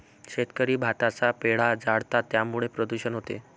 शेतकरी भाताचा पेंढा जाळतात त्यामुळे प्रदूषण होते